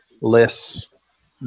less